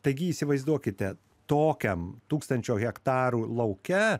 taigi įsivaizduokite tokiam tūkstančio hektarų lauke